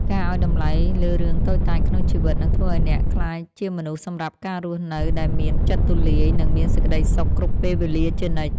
ការឱ្យតម្លៃលើរឿងតូចតាចក្នុងជីវិតនឹងធ្វើឱ្យអ្នកក្លាយជាមនុស្សសម្រាប់ការរស់នៅដែលមានចិត្តទូលាយនិងមានសេចក្តីសុខគ្រប់ពេលវេលាជានិច្ច។